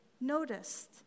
noticed